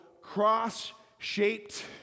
cross-shaped